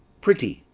pretty!